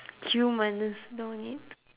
humans don't need